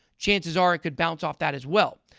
chances are it could bounce off that as well.